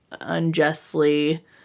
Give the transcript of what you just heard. unjustly